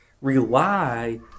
Rely